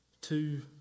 Two